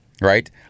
right